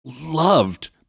loved-